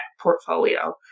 portfolio